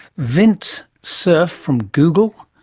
vint cerf from google,